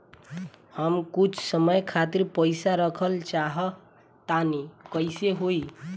हम कुछ समय खातिर पईसा रखल चाह तानि कइसे होई?